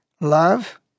Love